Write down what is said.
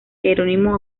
jerónimo